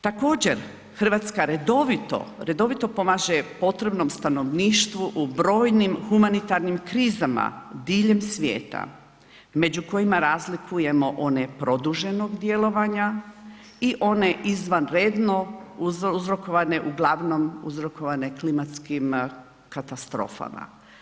Također Hrvatska redovito, redovito pomaže potrebnom stanovništvu u brojnim humanitarnim krizama diljem svijeta među kojima razlikujemo onog produženog djelovanja i one izvanredno uzrokovane uglavnom uzrokovane klimatskim katastrofama.